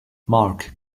mark